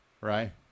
right